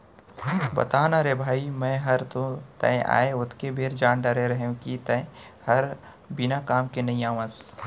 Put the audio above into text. बता ना रे भई मैं हर तो तैं आय ओतके बेर जान डारे रहेव कि तैं हर बिना काम के नइ आवस